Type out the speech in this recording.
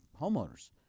homeowners